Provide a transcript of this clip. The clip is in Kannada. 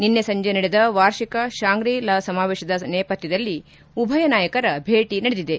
ನಿನ್ನೆ ಸಂಜೆ ನಡೆದ ವಾರ್ಷಿಕ ಶಾಂಗ್ರಿ ಲಾ ಸಮಾವೇಶದ ನೇಪಥ್ಯದಲ್ಲಿ ಉಭಯ ನಾಯಕರ ಭೇಟಿ ನಡೆದಿದೆ